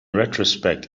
retrospect